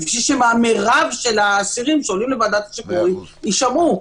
כדי שמירב האסירים שעולים לוועדת השחרורים יישמעו,